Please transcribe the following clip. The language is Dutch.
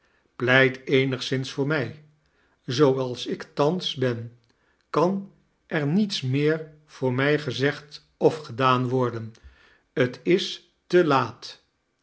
pleit eenigsains voor mij zooals ik thans ben kan er niets meer voor mij gezegd of gedaan worden t is te laat